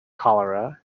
cholera